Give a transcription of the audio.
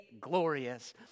glorious